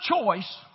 choice